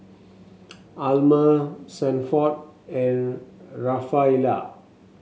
Almer Sanford and Rafaela